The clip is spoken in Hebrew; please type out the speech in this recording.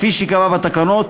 כפי שייקבע בתקנות,